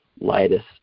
lightest